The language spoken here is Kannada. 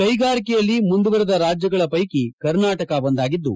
ಕೈಗಾರಿಕೆಯಲ್ಲಿ ಮುಂದುವರೆದ ರಾಜ್ಯಗಳ ವೈಕಿ ಕರ್ನಾಟಕ ಒಂದಾಗಿದ್ದು